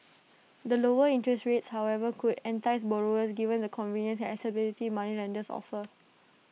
the lower interests rates however could entice borrowers given the convenience accessibility moneylenders offer